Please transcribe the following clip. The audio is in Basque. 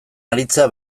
aritzea